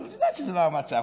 אבל את יודעת שזה לא המצב.